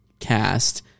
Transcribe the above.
cast